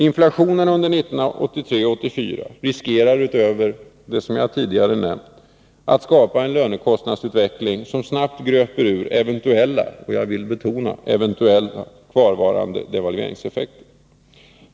Inflationen under 1983 och 1984 riskerar utöver det som jag tidigare nämnt att skapa en lönekostnadsutveckling som snabbt gröper ur eventuella — jag vill betona eventuella — kvarvarande devalveringseffekter.